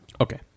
Okay